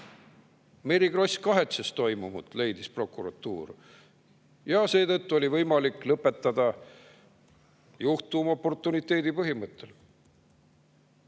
Mary Kross kahetses toimunut, leidis prokuratuur. Ja seetõttu oli võimalik lõpetada juhtum oportuniteedi põhimõttel.